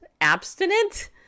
abstinent